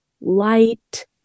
light